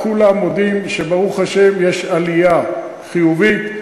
כולם מודים שברוך השם יש עלייה חיובית.